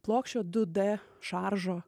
plokščio du d šaržo